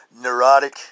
neurotic